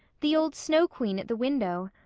the old snow queen at the window,